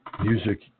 Music